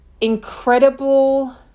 incredible